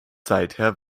seither